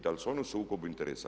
Da li su oni u sukobu interesa?